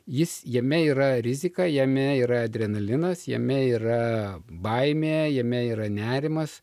jis jame yra rizika jame yra adrenalinas jame yra baimė jame yra nerimas